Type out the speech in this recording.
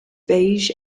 beige